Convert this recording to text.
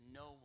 no